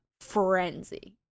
frenzy